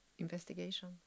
investigation